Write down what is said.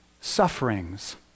Sufferings